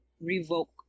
revoke